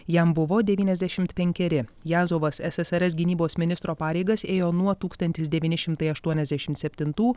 jam buvo devyniasdešimt penkeri jazovas ssrs gynybos ministro pareigas ėjo nuo tūkstantis devyni šimtai aštuoniasdešimt septintų